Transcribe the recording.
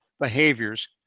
behaviors